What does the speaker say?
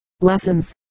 lessons